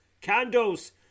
Candles